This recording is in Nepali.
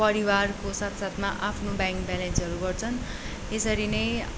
परिवारको साथसाथमा आफ्नो ब्याङ्क ब्यालेन्सहरू गर्छन् यसरी नै